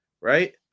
Right